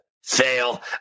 fail